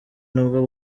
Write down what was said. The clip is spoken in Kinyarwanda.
nabwo